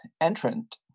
entrant